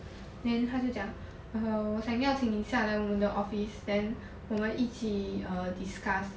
then 他就讲 err 我想要请你下来我们的 office then 我们一起 err discuss